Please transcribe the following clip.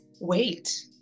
wait